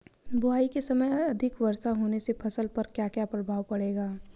बुआई के समय अधिक वर्षा होने से फसल पर क्या क्या प्रभाव पड़ेगा?